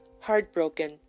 heartbroken